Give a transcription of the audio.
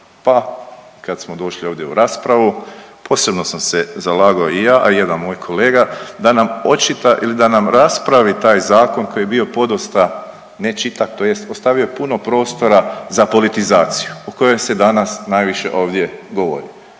pa kad smo došli ovdje u raspravu posebno sam se zalagao i ja, a i jedan moj kolega da nam očita ili da nam raspravi taj zakon koji je bio podosta nečitak tj. ostavio je puno prostora za politizaciju o kojoj se danas najviše ovdje govori,